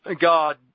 God